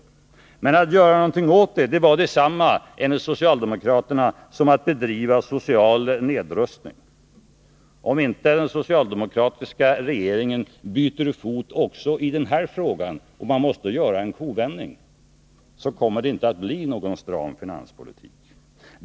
Men att göra något åt det var enligt socialdemokraterna att bedriva social nedrustning. Om inte den socialdemokratiska regeringen byter fot också i den här frågan — man måste göra en kovändning — kommer det inte att bli någon stram finanspolitik.